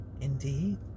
Indeed